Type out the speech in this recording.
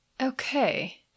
Okay